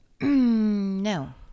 No